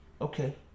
Okay